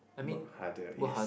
work harder yes